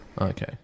Okay